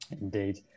Indeed